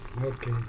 Okay